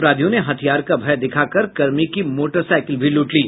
अपराधियों ने हथियार का भय दिखाकर कर्मी की मोटरसाईकिल भी लूट ली